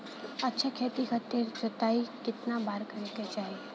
अच्छा खेती खातिर जोताई कितना बार करे के चाही?